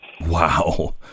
Wow